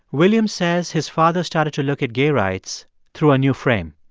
william says his father started to look at gay rights through a new frame.